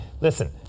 Listen